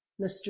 Mr